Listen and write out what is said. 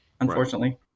unfortunately